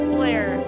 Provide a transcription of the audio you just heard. Blair